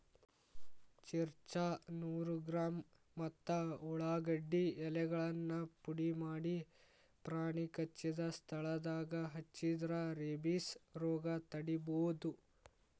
ಚಿರ್ಚ್ರಾ ನೂರು ಗ್ರಾಂ ಮತ್ತ ಉಳಾಗಡ್ಡಿ ಎಲೆಗಳನ್ನ ಪುಡಿಮಾಡಿ ಪ್ರಾಣಿ ಕಚ್ಚಿದ ಸ್ಥಳದಾಗ ಹಚ್ಚಿದ್ರ ರೇಬಿಸ್ ರೋಗ ತಡಿಬೋದು